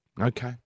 okay